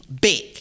big